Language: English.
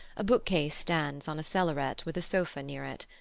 a bookcase stands on a cellaret, with a sofa near it.